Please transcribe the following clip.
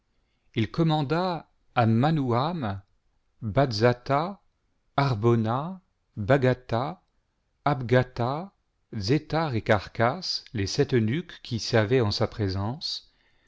il commanda à maiimam bazatha harbona bagatha abgatha zethar et gharchas les sept eunuques qui bervaient en sa présence